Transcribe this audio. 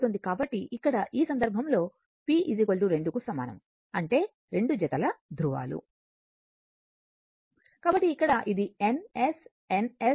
కాబట్టి ఇక్కడ ఈ సందర్భంలో p 2 కు సమానం అంటే రెండు జతల ధృవాలు కాబట్టి ఇక్కడ ఇది N S N S